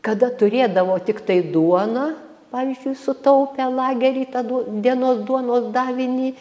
kada turėdavo tiktai duoną pavyzdžiui sutaupę lagery tą duo dienos duonos davinį